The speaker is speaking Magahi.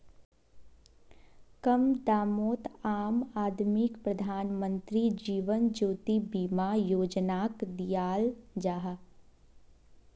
कम दामोत आम आदमीक प्रधानमंत्री जीवन ज्योति बीमा योजनाक दियाल जाहा